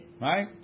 Right